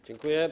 Dziękuję.